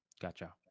Gotcha